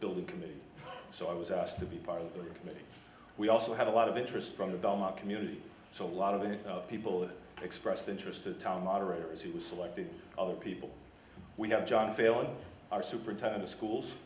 building committee so i was asked to be part of the committee we also had a lot of interest from the belmont community so a lot of the people that expressed interest in town moderators who selected other people we have john failing our superintendent of schools